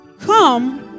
Come